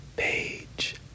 Page